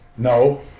No